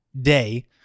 day